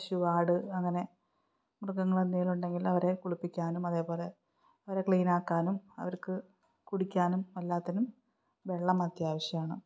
പശു ആട് അങ്ങനെ മൃഗങ്ങള് എന്തെങ്കിലുമുണ്ടെങ്കിൽ അവയെ കുളിപ്പിക്കാനും അതേപോലെ അവയെ ക്ലീനാക്കാനും അവർക്ക് കുടിക്കാനും എല്ലാത്തിനും വെള്ളം അത്യാവശ്യമാണ്